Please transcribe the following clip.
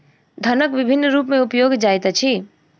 धनक विभिन्न रूप में उपयोग जाइत अछि